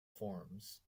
forms